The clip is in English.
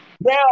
Now